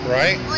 right